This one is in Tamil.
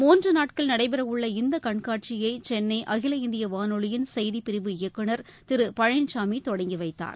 முன்று நாட்கள் நடைபெறவுள்ள இந்த கண்காட்சியை சென்னை அகில இந்திய வானொலியின் செய்திப்பிரிவு இயக்குனர் திரு பழனிச்சாமி தொடங்கிவைத்தார்